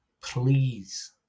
please